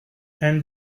and